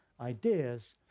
ideas